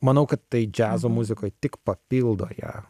manau kad tai džiazo muzikoj tik papildo ją